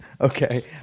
okay